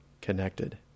connected